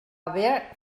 haver